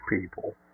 people